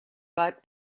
but